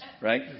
right